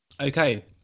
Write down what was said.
Okay